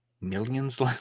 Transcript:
millions